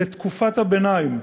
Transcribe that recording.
לתקופת הביניים,